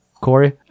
Corey